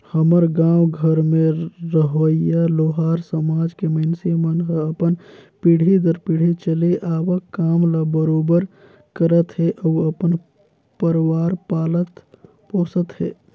हमर गाँव घर में रहोइया लोहार समाज के मइनसे मन ह अपन पीढ़ी दर पीढ़ी चले आवक काम ल बरोबर करत हे अउ अपन परवार पालत पोसत हे